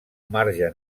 marge